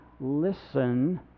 listen